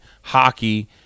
hockey